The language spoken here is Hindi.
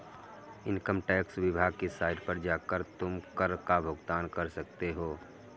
इन्कम टैक्स विभाग की साइट पर जाकर तुम कर का भुगतान कर सकते हो